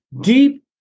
deep